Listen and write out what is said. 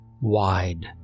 Wide